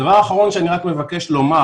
הדבר האחרון שאני רק מבקש לומר